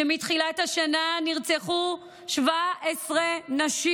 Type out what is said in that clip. ומתחילת השנה נרצחו 17 נשים,